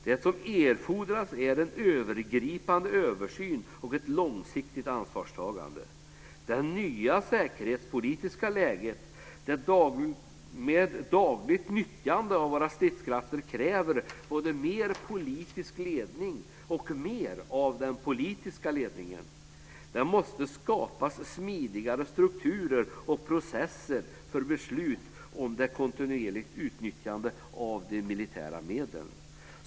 Det som erfordras är en övergripande översyn och ett långsiktigt ansvarstagande. Det nya säkerhetspolitiska läget, med dagligt nyttjande av våra stridskrafter, kräver både mer politisk ledning och mer av den politiska ledningen. Det måste skapas smidigare strukturer och processer för beslut om det kontinuerliga nyttjandet av de militära medlen.